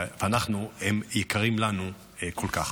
והם יקרים לנו כל כך.